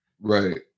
right